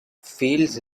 feels